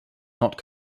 not